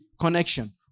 connection